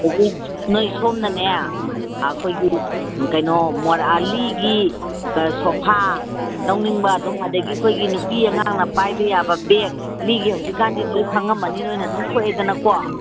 ꯑꯗꯒꯤ ꯅꯣꯏ ꯁꯣꯝꯅꯅꯦ ꯑꯩꯈꯣꯏꯒꯤ ꯀꯩꯅꯣ ꯃꯣꯔꯥ ꯂꯤꯒꯤ ꯁꯣꯐꯥ ꯂꯧꯅꯤꯡꯕ ꯑꯗꯨꯝ ꯑꯗꯒꯤ ꯑꯩꯈꯣꯏꯒꯤ ꯅꯨꯄꯤ ꯑꯉꯥꯡꯅ ꯄꯥꯏꯕ ꯌꯥꯕ ꯕꯦꯒ ꯂꯤꯒꯤ ꯍꯧꯖꯤꯛꯀꯥꯟꯗꯤ ꯂꯣꯏꯅ ꯈꯪꯉꯝꯃꯅꯤ ꯅꯣꯏꯅ ꯑꯗꯨꯝ ꯊꯣꯛꯑꯦꯗꯅꯀꯣ